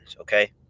Okay